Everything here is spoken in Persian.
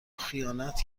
خیانت